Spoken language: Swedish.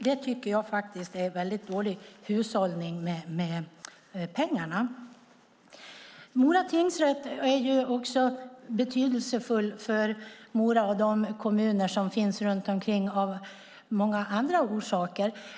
Det tycker jag är väldigt dålig hushållning med pengarna. Mora tingsrätt är också betydelsefull för Mora och de kommuner som finns runt omkring av många andra orsaker.